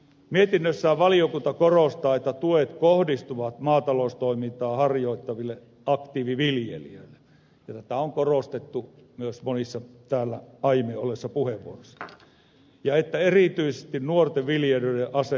mietinnössään valiokunta korostaa että tuet kohdistuvat maataloustoimintaa harjoittaville aktiiviviljelijöille tätä on korostettu myös monissa täällä aiemmin käytetyissä puheenvuoroissa ja että erityisesti nuorten viljelijöiden asema on turvattava